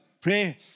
Pray